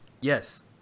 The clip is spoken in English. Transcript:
Yes